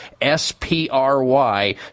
S-P-R-Y